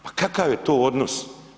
Pa kakav je to odnos?